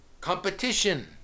competition